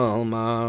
Alma